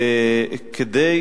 כדי